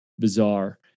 bizarre